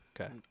Okay